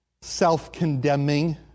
self-condemning